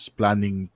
planning